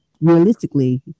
realistically